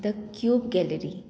the cube gallery